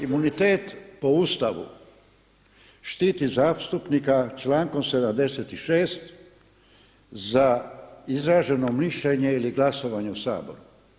Imunitet po Ustavu štiti zastupnika člankom 76. za izraženo mišljenje ili glasovanje u Saboru.